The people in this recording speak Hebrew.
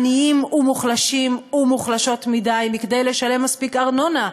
עניים ומוחלשים ומוחלשות מכדי לשלם מספיק ארנונה,